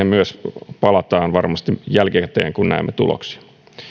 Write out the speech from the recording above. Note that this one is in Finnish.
myös varmasti palataan jälkikäteen kun näemme tuloksia